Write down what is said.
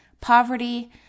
poverty